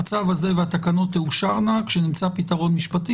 הצו הזה והתקנות יאושרו כשנמצא פתרון משפטי,